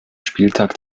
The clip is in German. spieltag